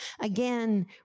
Again